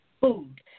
food